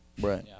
Right